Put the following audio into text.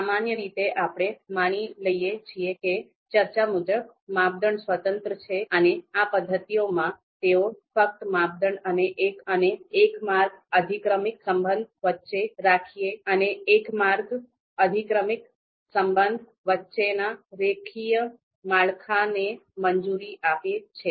સામાન્ય રીતે આપણે માની લઈએ છીએ કે ચર્ચા મુજબ માપદંડ સ્વતંત્ર છે અને આ પદ્ધતિઓમાં તેઓ ફક્ત માપદંડ અને એક માર્ગ અધિક્રમિક સંબંધ વચ્ચેના રેખીય માળખાને મંજૂરી આપે છે